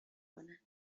کنن